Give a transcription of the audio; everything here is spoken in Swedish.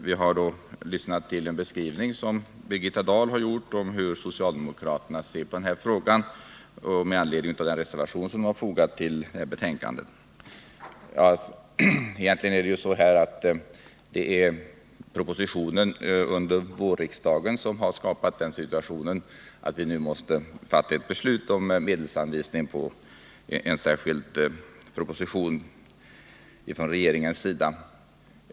Vi har nu lyssnat till Birgitta Dahls beskrivning av hur socialdemokraterna ser på den här frågan med anledning av den reservation som är fogad till betänkandet. Egentligen är det propositionen under vårriksdagen som har skapat situationen att vi nu måste fatta beslut om medelsanvisning efter en särskild proposition.